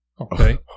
Okay